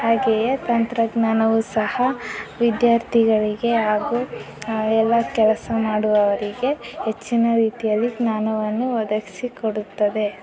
ಹಾಗೆಯೇ ತಂತ್ರಜ್ಞಾನವೂ ಸಹ ವಿದ್ಯಾರ್ಥಿಗಳಿಗೆ ಹಾಗೂ ಎಲ್ಲ ಕೆಲಸ ಮಾಡುವವರಿಗೆ ಹೆಚ್ಚಿನ ರೀತಿಯಲ್ಲಿ ಜ್ಞಾನವನ್ನು ಒದಗಿಸಿಕೊಡುತ್ತದೆ